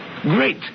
Great